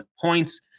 points